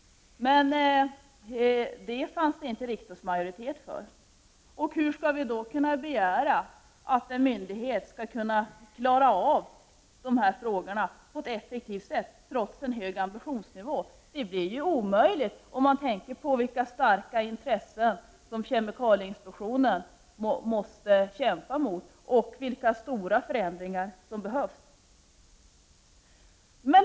Men för det fanns inte riksdagsmajoritet. Hur skall vi då kunna begära att en myndighet skall klara av sina uppgifter på ett effektivt sätt, trots en hög ambitionsnivå? Det blir ju omöjligt med tanke på de starka intressen som kemikalieinspektionen måste kämpa emot och de stora förändringar som behövs!